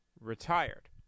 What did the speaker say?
retired